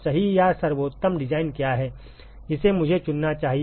सही या सर्वोत्तम डिज़ाइन क्या है जिसे मुझे चुनना चाहिए